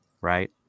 Right